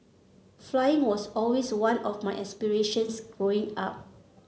flying was always one of my aspirations Growing Up